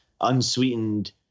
unsweetened